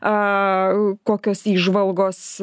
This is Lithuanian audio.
a kokios įžvalgos